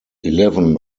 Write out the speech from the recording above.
eleven